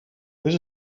this